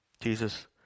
Jesus